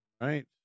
right